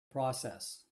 process